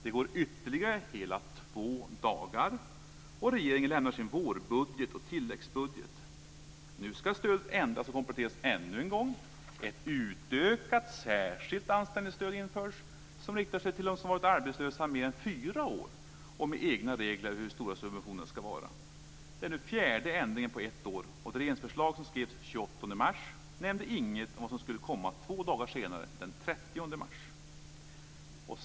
Det går ytterligare hela två dagar, och regeringen lämnar sin vårbudget och tilläggsbudget. Nu ska stödet ändras och kompletteras ännu en gång. Ett utökat särskilt anställningsstöd införs som riktar sig till dem som varit arbetslösa mer än fyra år, med egna regler för hur stora subventionerna ska vara. Det är den fjärde ändringen på ett år. Det regeringsförslag som skrevs den 28 mars nämnde inget om vad som skulle komma två dagar senare, den 30 mars.